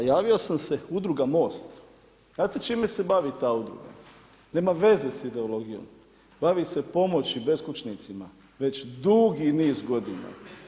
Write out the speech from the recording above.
A javio sam se udruga Most, znate čime se bavi ta udruga, nema veza s ideologijom, bavi se pomoći beskućnicima, već dugi niz godina.